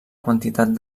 quantitat